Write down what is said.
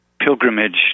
pilgrimage